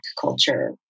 culture